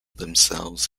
themselves